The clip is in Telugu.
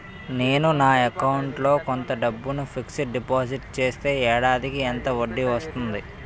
నేను నా అకౌంట్ లో కొంత డబ్బును ఫిక్సడ్ డెపోసిట్ చేస్తే ఏడాదికి ఎంత వడ్డీ వస్తుంది?